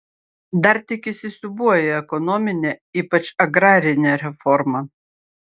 dar tik įsisiūbuoja ekonominė ypač agrarinė reforma